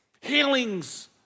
Healings